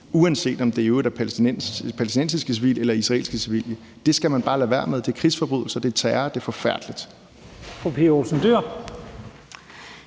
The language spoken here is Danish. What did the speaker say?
uanset om det i øvrigt er palæstinensiske civile eller israelske civile. Det skal man bare lade være med. Det er krigsforbrydelser. Det er terror. Det er forfærdeligt.